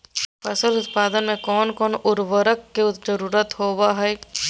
फसल उत्पादन में कोन कोन उर्वरक के जरुरत होवय हैय?